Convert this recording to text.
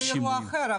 זה אירוע אחר,